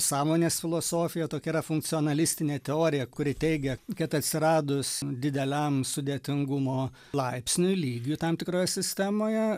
sąmonės filosofija tokia yra funkcionalistinė teorija kuri teigia kad atsiradus dideliam sudėtingumo laipsniui lygiui tam tikroje sistemoje